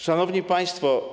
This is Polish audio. Szanowni Państwo!